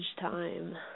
time